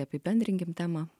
apibendrinkim temą